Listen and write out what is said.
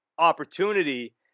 Opportunity